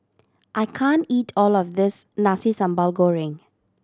I can't eat all of this Nasi Sambal Goreng